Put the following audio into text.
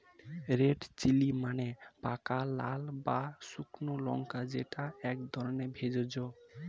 red chilli মানে পাকা লাল বা শুকনো লঙ্কা যেটি এক ধরণের ভেষজ